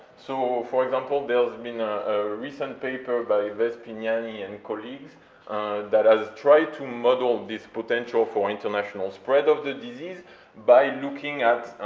so, for example, there's been a recent paper by vespignani and colleagues that has tried to model this potential for international spread of the disease by looking at